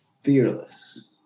fearless